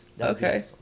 Okay